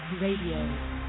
Radio